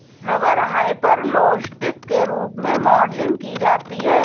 rubber hyperelastic के रूप में मॉडलिंग की जाती है